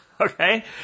Okay